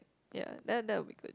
ya that that will be good